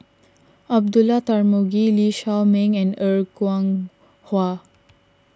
Abdullah Tarmugi Lee Shao Meng and Er Kwong Wah